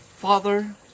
Father